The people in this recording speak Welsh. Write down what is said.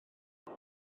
bydd